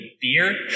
beer